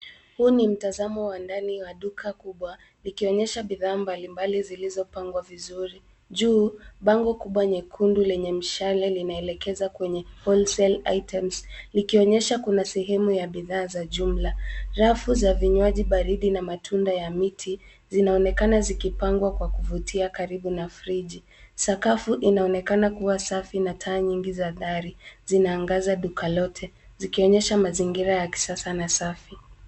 Huu ni mtazamo wa ndani wa duka kubwa likionyesha bidhaa mbali mbali zilizopangwa vizuri. Juu, bango kubwa nyekundu lenye mshale linaelekeza kwenye wholesale items , likionyesha kuna sehemu ya bidhaa za jumla. Rafu za vinywaji baridi na matunda ya miti zinaonekana zikipangwa kwa kuvutia karibu na friji . Sakafu inaonekana kuwa safi na taa nyingi za dari zinaangaza duka lote, zikionyesha mazingira ya kisasa na safi.